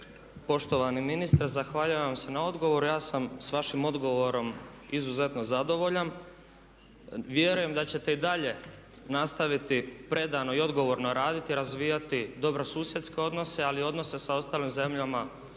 Poštovani ministre zahvaljujem vam se na odgovoru. Ja sam s vašim odgovorom izuzetno zadovoljan. Vjerujem da ćete i dalje nastaviti predano i odgovorno raditi i razvijati dobrosusjedske odnose ali i odnose sa ostalim zemljama